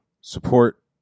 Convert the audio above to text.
support